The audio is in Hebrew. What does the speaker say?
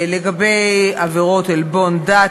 לגבי עבירות עלבון דת,